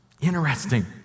Interesting